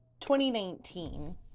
2019